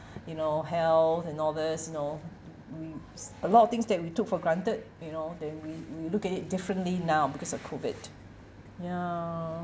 you know health and all this you know we a lot of things that we took for granted you know then we we look at it differently now because of COVID ya